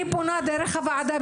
אני פונה דרך הוועדה,